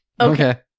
Okay